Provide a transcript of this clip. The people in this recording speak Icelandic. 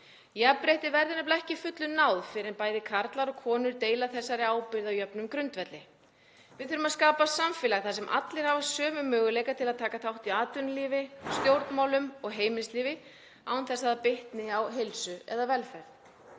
nefnilega ekki að fullu náð fyrr en bæði karlar og konur deila þessari ábyrgð á jöfnum grundvelli. Við þurfum að skapa samfélag þar sem allir hafa sömu möguleika til að taka þátt í atvinnulífi, stjórnmálum og heimilislífi án þess að það bitni á heilsu eða velferð.